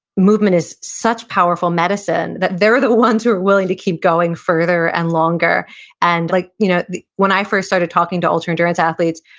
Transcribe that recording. movement is such powerful medicine that they're the ones who are willing to keep going further and longer and like you know when i first started talking to ultra-endurance athletes,